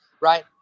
Right